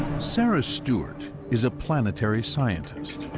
sarah stewart is a planetary scientist.